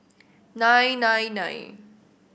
nine nine nine